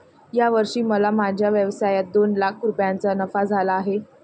या वर्षी मला माझ्या व्यवसायात दोन लाख रुपयांचा नफा झाला आहे